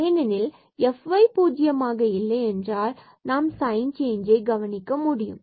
ஏனெனில் fy பூஜ்ஜியமாக இல்லை என்றால் நாம் சைன் சேஞ்ச்சை கவனிக்க முடியும்